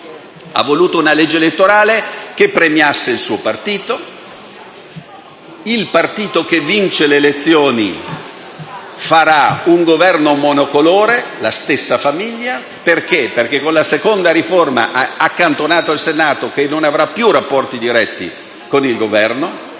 ha voluto una legge elettorale che premiasse il suo partito: il partito che vince le elezioni fa un Governo monocolore, della stessa famiglia, e con la seconda riforma ha accantonato il Senato che non avrà più rapporti diretti con il Governo.